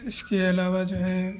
इसके अलावा जो है